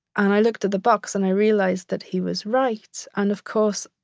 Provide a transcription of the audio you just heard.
and i looked at the box and i realized that he was right, and of course,